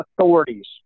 Authorities